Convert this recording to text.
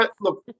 Look